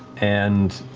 and.